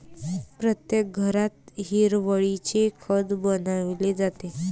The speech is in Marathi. प्रत्येक घरात हिरवळीचे खत बनवले जाते